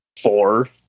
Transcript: four